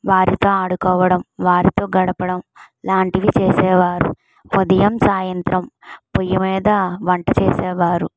వారితో ఆడుకోవడం వారితో గడపడం లాంటివి చేసేవారు ఉదయం సాయంత్రం పొయ్యిమీద వంట చేసేవారు